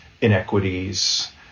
inequities